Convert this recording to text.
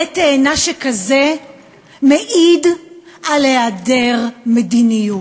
עלה תאנה שכזה מעיד על היעדר מדיניות,